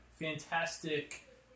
fantastic